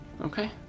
Okay